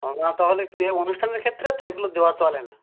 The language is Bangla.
ওমা তাহলে কী হবে অনুষ্ঠানের ক্ষেত্রে তো এগুলো দেওয়া চলে না